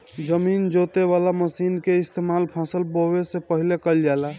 जमीन जोते वाला मशीन के इस्तेमाल फसल बोवे से पहिले कइल जाला